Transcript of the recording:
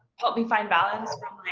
helped me find balance